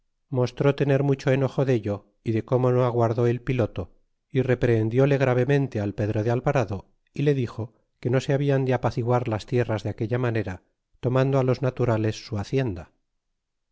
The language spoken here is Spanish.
mostró tener mucho enojo dello y de como no aguardó el piloto y reprehendile gravemente al pedro de alvarado y le dixo que no se hablan de apaciguar las tierras de aquella manera toniando los naturales su hacienda